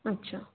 अच्छा